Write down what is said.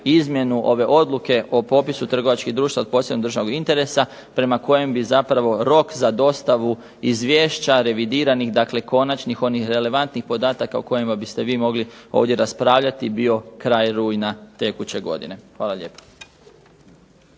izmjenu ove Odluke o popisu trgovačkih društava od posebnog državnog interesa, prema kojem bi zapravo rok za dostavu izvješća revidiranih, onih konačnih relevantnih podataka o kojima biste vi mogli ovdje raspravljati bio kraj rujna tekuće godine. Hvala lijepa.